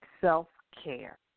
self-care